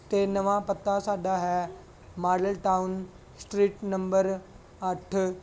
ਅਤੇ ਨਵਾਂ ਪਤਾ ਸਾਡਾ ਹੈ ਮਾਡਲ ਟਾਊਨ ਸਟ੍ਰੀਟ ਨੰਬਰ ਅੱਠ